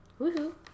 Woohoo